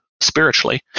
spiritually